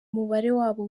wabo